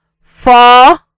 four